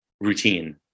routine